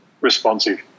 responsive